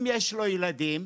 אם יש לו ילדים,